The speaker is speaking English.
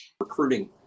recruiting